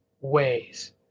ways